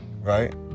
Right